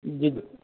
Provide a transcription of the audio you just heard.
جی